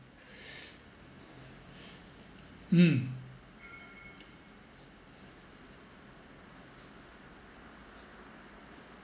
hmm